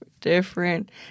different